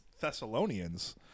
thessalonians